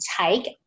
take